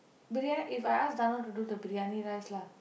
Briyani If I ask Thano to do the Briyani rice lah